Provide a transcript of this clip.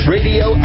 Radio